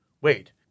Wait